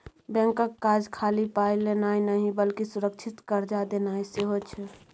बैंकक काज खाली पाय लेनाय नहि बल्कि सुरक्षित कर्जा देनाय सेहो छै